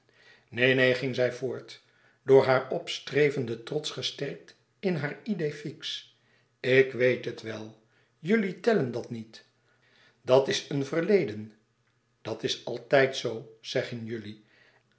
neen ging zij voort door haar opstrevenden trots gesterkt in haar idee fixe ik weet het wel jullie tellen dat niet dat is een verleden dat is altijd zoo zeggen jullie